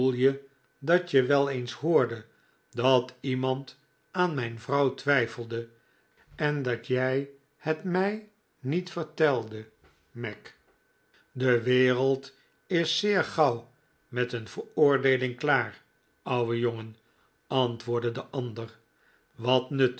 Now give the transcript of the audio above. dat je wel eens hoorde dat iemand aan mijn vrouw twijfelde en dat jij het mij niet vertelde mac de wereld is zeer gauw met een veroordeeling klaar ouwe jongen antwoordde de ander wat nut